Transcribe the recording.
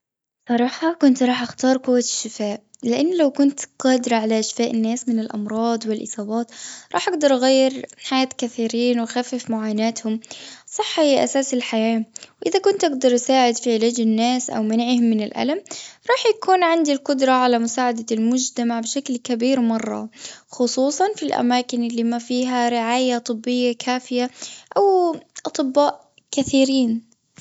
بصراحة كنت رايحة اختار قوة الشفاء. لاني لو كنت قادرة على شفاء الناس من الأمراض والأصابات راح أقدر أغير حياة كثيرين وأخفف معاناتهم. الصحة هي أساس الحياة. إذا كنت أقدر أساعد في علاج الناس أو أمنعهم من الألم. راح يكون عندي القدرة على مساعدة المجتمع بشكل كبير مرة خصوصا في الأماكن اللي ما فيها رعاية طبية كافية أو اطباء كثيرين.